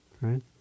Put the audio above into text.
right